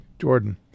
Jordan